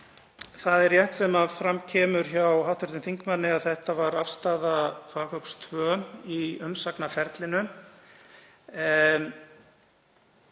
Það er rétt sem fram kemur hjá hv. þingmanni að þetta var afstaða faghóps tvö í umsagnarferlinu.